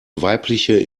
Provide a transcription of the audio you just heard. weibliche